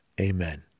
amen